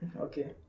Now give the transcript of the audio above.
Okay